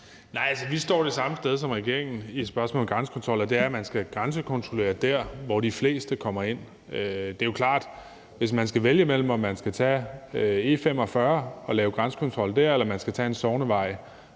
Nej, vi står det samme sted, som regeringen gør, i spørgsmålet om grænsekontrol, og det er, at man skal grænsekontrollere der, hvor de fleste kommer ind. Det er da klart, at jeg, hvis man skal vælge mellem, om man skal lave grænsekontrol på E45, eller om man skal gøre det på en sognevej